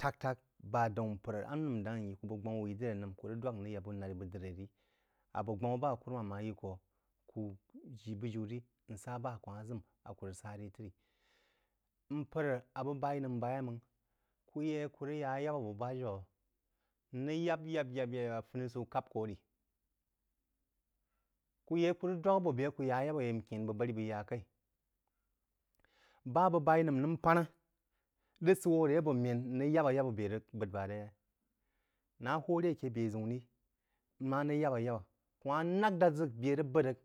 Tak-tak bá daun mpər a nəm dáng n ye ku bəg gbamá wuí diri nəm, kú rəg dwak n rəg ya bú nārī bəg diri rī-abō gbama bá kùrúmām ma yi kō, kú ji bujiú ri, n sá bá kú ma ʒəm a kú sa ri tri mpər a bəg b’aí nəm ba yeí máng, kú yi a kú rəg ya ayábá bəg bà-jaú, n rəg yáb yáb yáb funi-səu kap-kō ri. Ku yí a ku kú rəg dwak abō bē a kú yá ayabà yeí n kyēn bəg barí n beí yá kaí. Ba bəg b’aí nəm nəm pánā rəg səd wō ré bō mə̄n n rəg yábà yabà bē rəg bəept ré yei? N’əngh má hō ré aké bēʒəu ri n rəg yábà yabà-ku ma nak dā ʒək bē rəg bəed rəg,